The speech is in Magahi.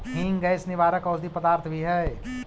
हींग गैस निवारक औषधि पदार्थ भी हई